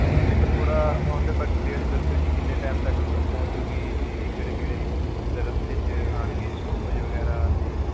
ਹਾਂਜੀ ਮੈਨੂੰ ਥੋੜ੍ਹਾ ਉਹਦੇ ਬਾਰੇ ਡਿਟੇਲ 'ਚ ਦੱਸਿਓ ਜੀ ਕਿੰਨੇ ਟੈਮ ਤੱਕ ਪਹੁੰਚ ਜੂਗੀ ਜੀ ਅਤੇ ਕਿਹੜੇ ਕਿਹੜੇ ਰਸਤੇ 'ਚ ਆਉਣਗੇ ਸਟੋਪੇਜ ਵਗੈਰਾ ਅਤੇ